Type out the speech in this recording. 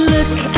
Look